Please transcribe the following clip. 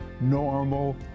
normal